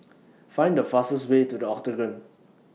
Find The fastest Way to The Octagon